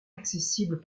accessibles